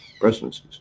presidencies